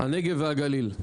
הנגב והגליל: